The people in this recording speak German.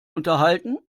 unterhalten